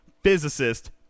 Physicist